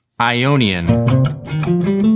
Ionian